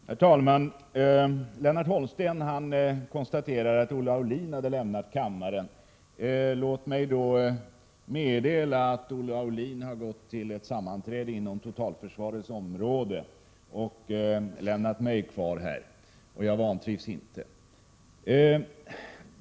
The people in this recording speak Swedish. Herr talman! Lennart Holmsten konstaterade att Olle Aulin hade lämnat kammaren. Låt mig då meddela att Olle Aulin har gått till ett sammanträde inom totalförsvarets område och lämnat mig kvar här. Jag vantrivs inte.